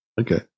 Okay